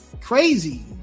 crazy